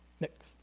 Next